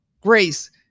Grace